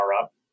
up